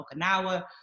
Okinawa